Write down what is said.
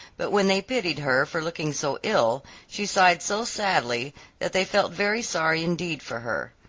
but when they pitied her for looking so ill, she sighed so sadly that they felt very sorry indeed for her.